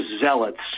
zealots